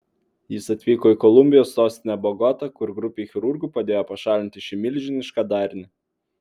jis atvyko į kolumbijos sostinę bogotą kur grupei chirurgų padėjo pašalinti šį milžinišką darinį